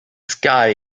sky